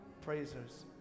praisers